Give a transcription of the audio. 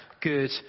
good